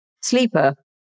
Sleeper